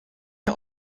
der